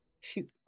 Shoot